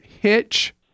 Hitch